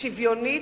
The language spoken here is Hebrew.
שוויונית